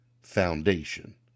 foundation